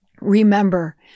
Remember